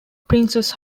princes